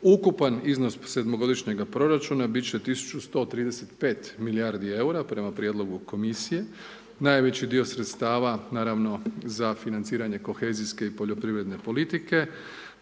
Ukupan iznos sedmogodišnjeg proračuna biti će 1135 milijardi EUR-a, prema prijedlogu Komisije. Najveći dio sredstava, naravno, za financiranje kohezijske i poljoprivredne politike,